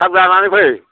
थाब जानानै फै